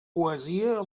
poesia